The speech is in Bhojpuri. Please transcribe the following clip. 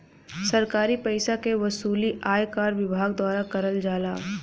सरकारी पइसा क वसूली आयकर विभाग द्वारा करल जाला